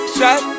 Shot